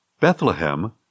Bethlehem